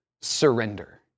surrender